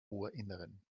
ohrinneren